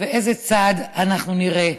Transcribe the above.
איזה צעד אנחנו נראה?